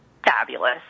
Fabulous